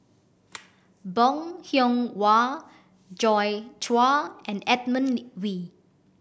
Bong Hiong Hwa Joi Chua and Edmund Wee